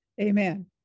Amen